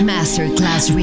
Masterclass